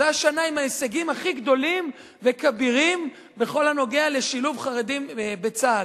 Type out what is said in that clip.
זו השנה עם ההישגים הכי גדולים וכבירים בכל הנוגע לשילוב חרדים בצה"ל.